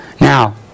Now